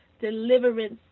deliverance